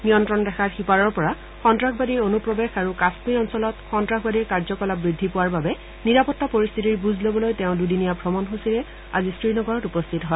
নিয়ন্ত্ৰণ ৰেখাৰ সিপাৰৰ পৰা সন্তাসবাদী অনুপ্ৰবেশ আৰু কাশ্মীৰ অঞ্চলত সন্তাসবাদীৰ কাৰ্যকলাপ বৃদ্ধি পোৱাৰ বাবে নিৰাপত্তা পৰিস্থিতিৰ বুজ লবলৈ তেওঁ দুদিনীয়া ভ্ৰমণসূচীৰে আজি শ্ৰীনগৰত উপস্থিত হয়